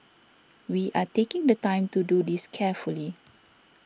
we are taking the time to do this carefully